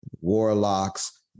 warlocks